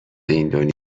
این